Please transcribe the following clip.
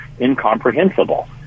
incomprehensible